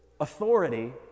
authority